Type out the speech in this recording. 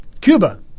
Cuba